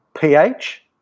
pH